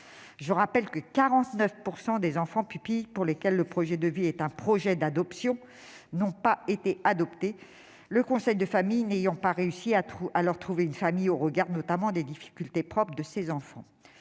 Je rappelle que 49 % des enfants pupilles, pour lesquels le projet de vie est un projet d'adoption, n'ont pas été adoptés, le conseil de famille n'ayant pas réussi à leur trouver une famille, notamment au regard de leurs difficultés. Au regard de ces chiffres,